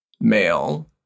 male